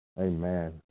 Amen